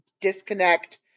disconnect